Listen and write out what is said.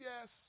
Yes